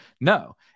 No